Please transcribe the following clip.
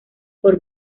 por